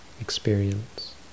experience